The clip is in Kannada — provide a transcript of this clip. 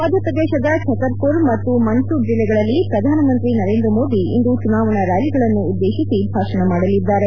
ಮಧ್ಯಪ್ರದೇಶದ ಛತರ್ಪುರ್ ಮತ್ತು ಮಂಡ್ಲೂರ್ ಜಿಲ್ಲೆಗಳಲ್ಲಿ ಪ್ರಧಾನ ಮಂತ್ರಿ ನರೇಂದ್ರ ಮೋದಿ ಇಂದು ಚುನಾವಣಾ ರ್ಾಲಿಗಳನ್ನು ಉದ್ದೇಶಿಸಿ ಭಾಷಣ ಮಾಡಲಿದ್ದಾರೆ